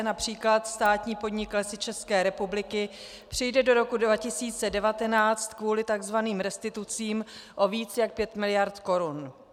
Například státní podnik Lesy České republiky přijde do roku 2019 kvůli takzvaným restitucím o více jak 5 mld. Kč.